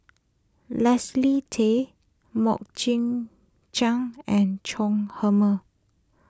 Leslie Tay Mok Jing Jang and Chong Heman